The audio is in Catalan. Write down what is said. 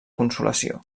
consolació